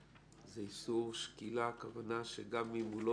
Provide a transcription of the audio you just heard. הזה -- איסור שקילה הכוונה שגם אם הוא לא